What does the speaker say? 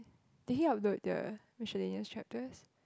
did he upload the micellaneous chapters